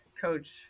coach